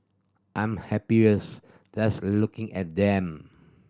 I'm happier just looking at them